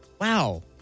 Wow